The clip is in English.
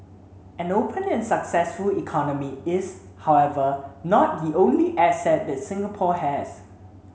an open and successful economy is however not the only asset that Singapore has